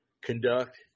conduct